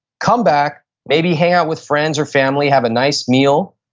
come back, maybe hang out with friends or family have a nice meal,